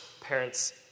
parents